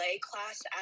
class